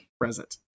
Present